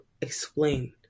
explain